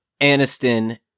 Aniston